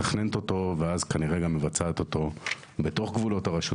מתכננת אותו ואז כנראה גם מבצעת אותו בתוך גבולות הרשות